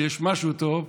שיש משהו טוב,